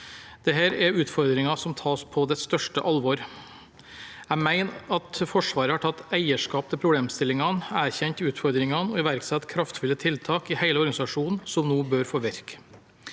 Dette er utfordringer som tas på det største alvor. Jeg mener Forsvaret har tatt eierskap til problemstillingene, erkjent utfordringene og iverksatt kraftfulle tiltak i hele organisasjonen som nå bør få virke.